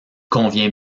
convient